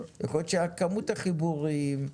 יכול להיות שכמות החיבורים,